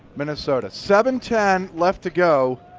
minnesota. seven ten left to go,